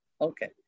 okay